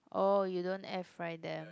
oh you don't air fry them